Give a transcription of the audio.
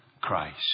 Christ